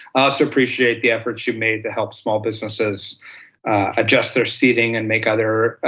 so appreciate the efforts you've made to help small businesses adjust their seating and make other